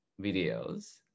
videos